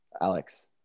Alex